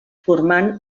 formant